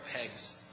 pegs